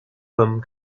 comme